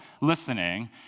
listening